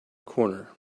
corner